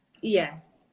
yes